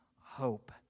hope